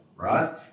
right